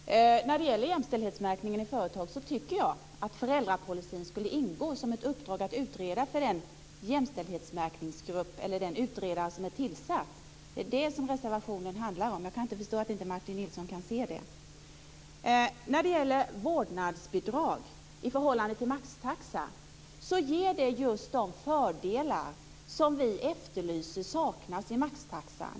Herr talman! När det gäller jämställdhetsmärkningen i företag tycker jag att föräldrapolicyn borde ingå som ett utredningsuppdrag för en jämställdhetsmärkningsgrupp eller för den utredare som är tillsatt. Det är det som reservationen handlar om. Jag kan inte förstå att Martin Nilsson inte kan inse det. I frågan om vårdnadsbidrag kontra maxtaxa vill jag säga att vårdnadsbidraget ger just de fördelar som vi menar saknas i maxtaxan.